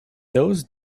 those